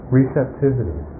receptivity